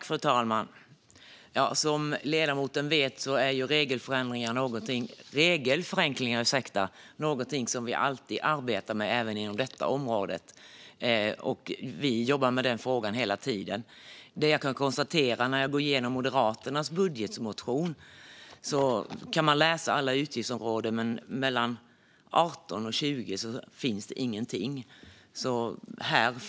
Fru talman! Som ledamoten vet är regelförenklingar något som vi alltid arbetar med, så även inom detta område. Vi jobbar med den frågan hela tiden. Det jag kan konstatera när jag går igenom Moderaternas budgetmotion är att man kan läsa om alla utgiftsområden, men mellan 18 och 20 finns det ingenting.